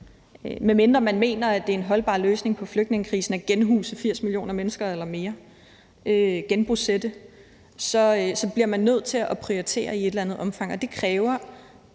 Medmindre man mener, at det er en holdbar løsning på flygtningekrisen at genbosætte 80 millioner mennesker eller mere, så bliver man i et eller andet omfang